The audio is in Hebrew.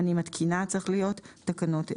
אני מתקינה תקנות אלה: